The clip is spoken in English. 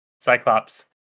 cyclops